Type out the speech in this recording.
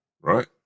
right